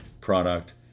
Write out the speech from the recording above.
product